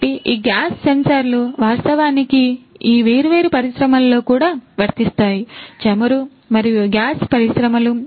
కాబట్టి ఈ గ్యాస్ సెన్సార్లు వాస్తవానికి ఈ వేర్వేరు పరిశ్రమలలో కూడా వర్తిస్తాయి చమురు మరియు గ్యాస్ పరిశ్రమలు